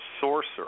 sorcerer